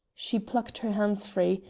she plucked her hands free,